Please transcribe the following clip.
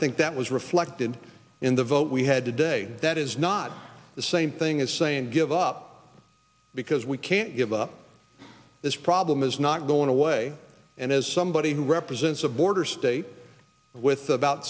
think that was reflected in the vote we had today that is not the same thing as saying give up because we can't give up this problem is not going away and as somebody who represents a border state with about